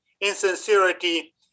insincerity